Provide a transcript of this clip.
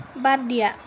বাদ দিয়া